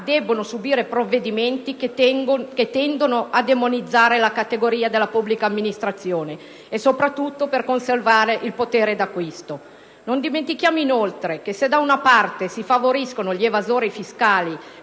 devono subire provvedimenti che tendono a demonizzare la categoria della pubblica amministrazione, e soprattutto per conservare il potere di acquisto. Non dimentichiamo inoltre che, se da una parte si favoriscono gli evasori fiscali